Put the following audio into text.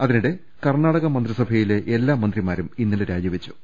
അതിനിടെ കർണാടക മന്ത്രിസഭയിലെ എല്ലാ മന്ത്രിമാരും ഇന്നലെ രാജിവെച്ചു